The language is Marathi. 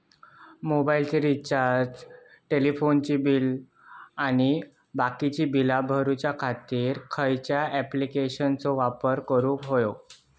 मोबाईलाचा रिचार्ज टेलिफोनाचा बिल आणि बाकीची बिला भरूच्या खातीर खयच्या ॲप्लिकेशनाचो वापर करूक होयो?